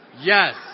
Yes